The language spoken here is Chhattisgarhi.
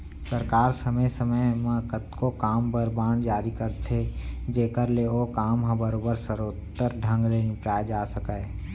सरकार समे समे म कतको काम बर बांड जारी करथे जेकर ले ओ काम ह बरोबर सरोत्तर ढंग ले निपटाए जा सकय